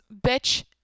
bitch